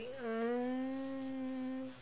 um